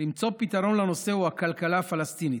למצוא פתרון לנושא הכלכלה הפלסטינית.